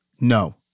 No